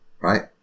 Right